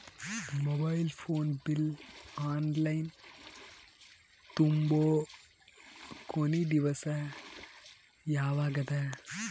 Mobile phone bill online ತುಂಬೊ ಕೊನಿ ದಿವಸ ಯಾವಗದ?